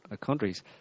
countries